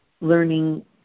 learning